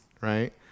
right